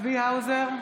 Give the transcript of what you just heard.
צבי האוזר,